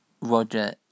Roger